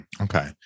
Okay